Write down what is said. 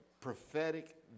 prophetic